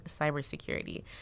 cybersecurity